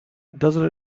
doesn’t